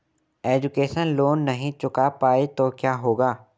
Education loan नहीं चुका पाए तो क्या होगा?